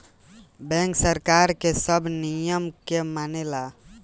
bank सरकार के सब नियम के मानेला